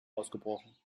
ausgebrochen